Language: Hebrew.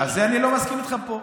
אז אני לא מסכים איתך פה.